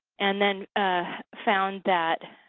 and then ah found that